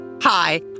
Hi